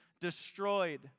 destroyed